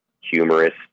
humorous